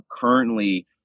currently